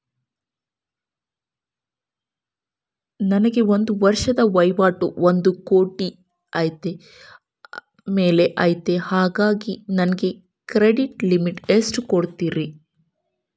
ನನ್ನ ಒಂದು ವರ್ಷದ ವಹಿವಾಟು ಒಂದು ಕೋಟಿ ಮೇಲೆ ಐತೆ ಹೇಗಾಗಿ ನನಗೆ ಕ್ರೆಡಿಟ್ ಲಿಮಿಟ್ ಎಷ್ಟು ಕೊಡ್ತೇರಿ?